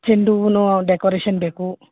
ಚೆಂಡು ಹೂವ್ನೂ ಡೆಕೋರೇಷನ್ ಬೇಕು